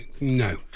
No